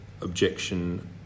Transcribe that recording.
objection